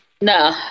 no